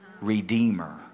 redeemer